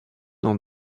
dans